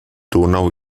donau